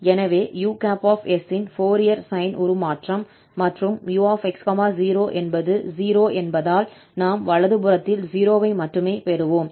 எனவே us ன் Fourier sine உருமாற்றம் மற்றும் 𝑢 𝑥 0 என்பது 0 என்பதால் நாம் வலது புறத்தில் 0 ஐ மட்டுமே பெறுவோம்